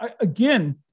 Again